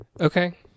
Okay